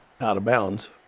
out-of-bounds